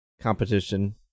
competition